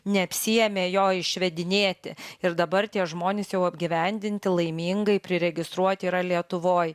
neapsiėmė jo išvedinėti ir dabar tie žmonės jau apgyvendinti laimingai priregistruoti yra lietuvoj